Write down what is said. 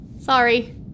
Sorry